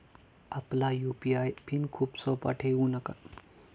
आपला UPI PIN खूप सोपा ठेवू नका